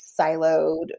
siloed